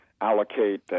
allocate –